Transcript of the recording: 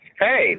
Hey